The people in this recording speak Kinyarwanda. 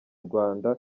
rwanda